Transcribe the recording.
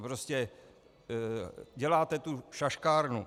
Prostě děláte tu šaškárnu.